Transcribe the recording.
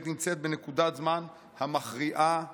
נמצאות בנקודת הזמן המכריעה בחייהן.